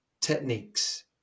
techniques